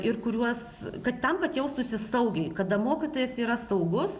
ir kuriuos kad tam kad jaustųsi saugiai kada mokytojas yra saugus